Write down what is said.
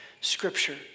scripture